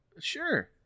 sure